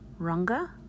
Runga